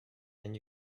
and